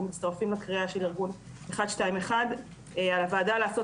מצטרפים לקריאה של ארגון 121. על הוועדה לעשות